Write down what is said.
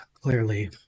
clearly